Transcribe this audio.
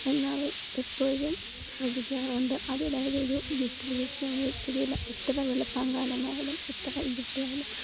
എന്ന് അവർ എപ്പോഴും ശ്രദ്ധിക്കാറുണ്ട് അതിൽ അവരൊരു വിട്ടുവീഴ്ചയും വരുത്തുകയില്ല എത്ര വെളുപ്പാങ്കാലം ആയാലും എത്ര ഇരുട്ടിയാലും